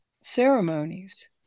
ceremonies